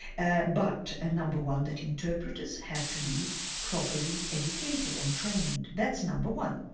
ah but and number one that interpreters have to be properly educated and trained that's number one.